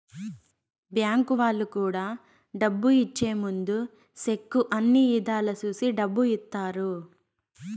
bank వాళ్ళు కూడా డబ్బు ఇచ్చే ముందు సెక్కు అన్ని ఇధాల చూసి డబ్బు ఇత్తారు